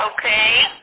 Okay